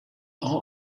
are